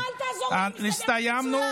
אתה היית, סיימנו,